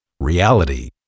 Reality